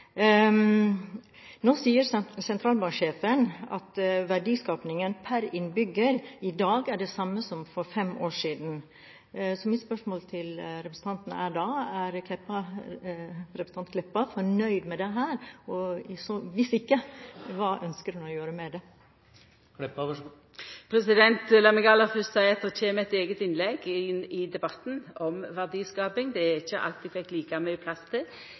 nå. Nå sier sentralbanksjefen at verdiskapingen per innbygger i dag er det samme som for fem år siden. Mitt spørsmål til representanten Meltveit Kleppa er: Er representanten fornøyd med dette? Hvis ikke: Hva ønsker hun å gjøre med det? Lat meg aller fyrst seia at det kjem eit eige innlegg i debatten om verdiskaping – det er ikkje alt eg fikk like mykje plass til